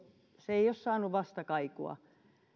ei ole saanut vastakaikua